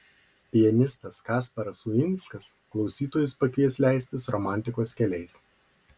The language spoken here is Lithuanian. pianistas kasparas uinskas klausytojus pakvies leistis romantikos keliais